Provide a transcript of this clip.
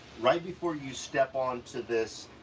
right before you step onto this,